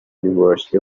universe